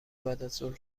بعدازظهر